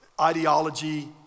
ideology